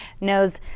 knows